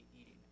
Eating